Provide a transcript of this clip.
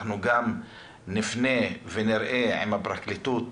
אנחנו גם נפנה ונבדוק עם הפרקליטות